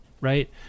Right